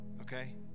okay